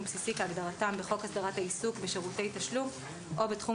בסיסי כהגדרתם בחוק הסדרת העיסוק בשירותי תשלום או בתחום